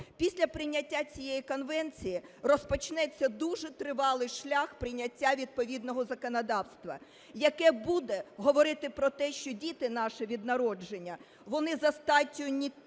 Після прийняття цієї конвенції розпочнеться дуже тривалий шлях прийняття відповідного законодавства, яке буде говорити про те, що діти наші від народження, вони за статтю не